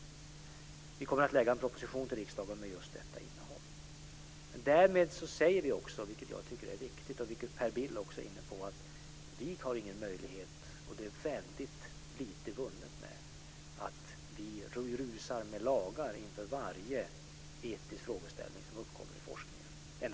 Vi kommer att förelägga riksdagen en proposition med just detta innehåll. Därmed säger vi också, vilket jag tycker är viktigt och vilket Per Bill också var inne på: Vi har ingen möjlighet, och det är väldigt lite vunnet med, att rusa in med lagar inför varje etisk frågeställning som uppkommer i forskningen.